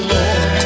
Lord